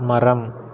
மரம்